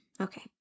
Okay